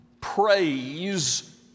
praise